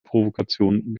provokation